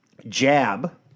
Jab